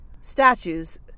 statues